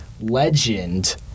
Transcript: legend